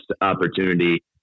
opportunity